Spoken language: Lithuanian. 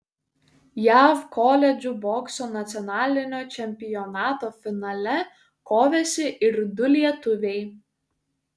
jav koledžų bokso nacionalinio čempionato finale kovėsi ir du lietuviai